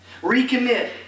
Recommit